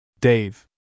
Dave